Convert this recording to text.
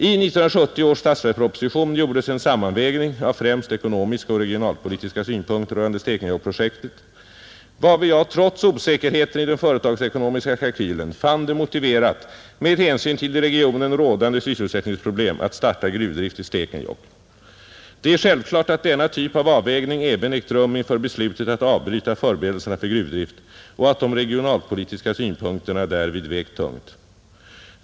I 1970 års statsverksproposition gjordes en sammanvägning av främst ekonomiska och regionalpolitiska synpunkter rörande Stekenjokkprojektet, varvid jag trots osäkerheten i den företagsekonomiska kalkylen fann det motiverat med hänsyn till i regionen rådande sysselsättningsproblem att starta gruvdrift i Stekenjokk. Det är självklart att denna typ av avvägning även ägt rum inför beslutet att avbryta förberedelserna för gruvdrift och att de regionalpolitiska synpunkterna därvid vägt tungt.